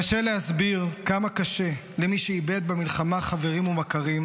קשה להסביר כמה קשה למי שאיבד במלחמה חברים ומכרים,